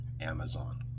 Amazon